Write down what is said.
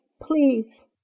Please